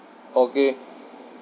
okay